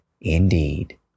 indeed